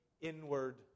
inward